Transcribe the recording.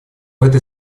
этой